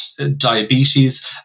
diabetes